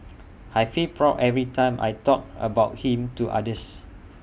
I feel proud every time I talk about him to others